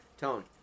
Tone